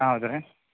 ಹೌದು ರೀ